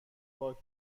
پاک